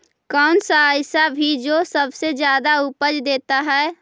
कौन सा ऐसा भी जो सबसे ज्यादा उपज देता है?